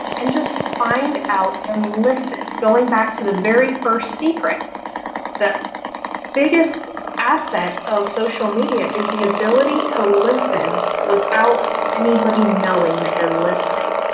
and just find out and listen. going back to the very first secret that biggest asset of social media is the ability to listen without anybody knowing that you're listening.